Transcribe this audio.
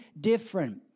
different